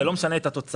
זה לא משנה את התוצאה.